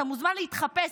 אתה מוזמן להתחפש,